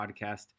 podcast